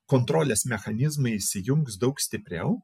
kontrolės mechanizmai įsijungs daug stipriau